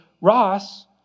Ross